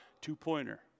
Two-pointer